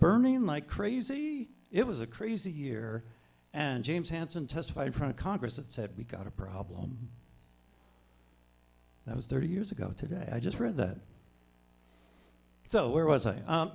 burning like crazy it was a crazy year and james hansen testified in front of congress that said we've got a problem that was thirty years ago today i just read that so where